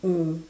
mm